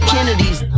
Kennedy's